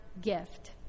gift